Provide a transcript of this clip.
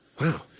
Wow